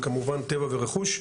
וכמובן טבע ורכוש.